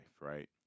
right